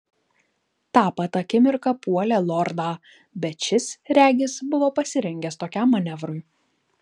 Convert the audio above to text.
tą pat akimirką puolė lordą bet šis regis buvo pasirengęs tokiam manevrui